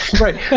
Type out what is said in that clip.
Right